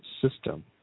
system